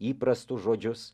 įprastus žodžius